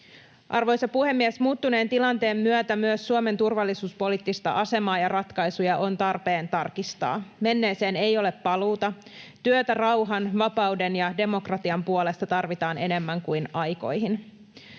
Arvoisa puhemies! Muuttuneen tilanteen myötä myös Suomen turvallisuuspoliittista asemaa ja ratkaisuja on tarpeen tarkistaa. Menneeseen ei ole paluuta. Työtä rauhan, vapauden ja demokratian puolesta tarvitaan enemmän kuin aikoihin.